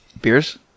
Beers